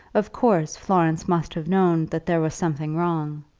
of course florence must have known that there was something wrong.